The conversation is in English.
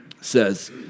says